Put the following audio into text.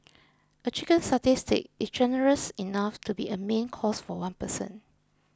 a Chicken Satay Stick is generous enough to be a main course for one person